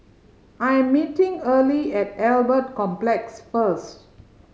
I am meeting Earley at Albert Complex first